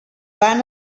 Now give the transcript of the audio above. van